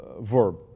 verb